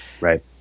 Right